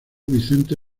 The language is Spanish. vicente